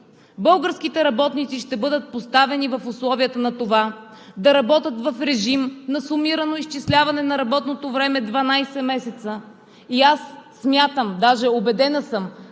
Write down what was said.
българските работници ще бъдат поставени в условията на това да работят в режим на сумирано изчисляване на работното време 12 месеца. Аз съм убедена,